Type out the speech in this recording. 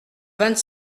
vingt